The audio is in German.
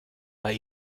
bei